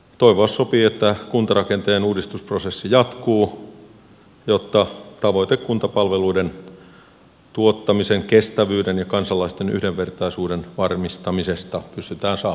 toivoa sopii että kuntarakenteen uudistusprosessi jatkuu jotta tavoite kuntapalveluiden tuottamisen kestävyyden ja kansalaisten yhdenvertaisuuden varmistamisesta pystytään saavuttamaan